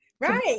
Right